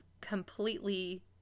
completely